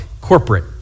corporate